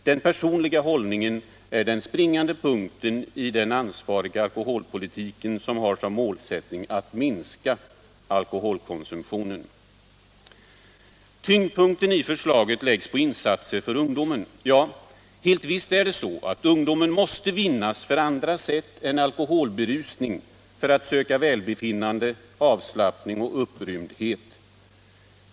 Den personliga hållningen är den springande punkten iden ansvariga alkoholpolitik som har som målsättning att minska alkoholkonsumtionen. Tyngdpunkten i förslaget läggs på insatser för ungdomen. Ja, helt visst är det så att ungdomen måste vinnas för andra sätt än alkoholberusning för att söka välbefinnande, avslappning och upprymdhet.